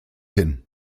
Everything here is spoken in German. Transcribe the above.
hin